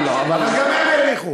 אבל לא נותנים לי.